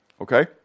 okay